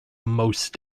most